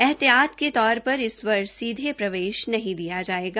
एहतियात के तौर पर इस वर्ष सीधे प्रवेश नहीं दिया जायेगा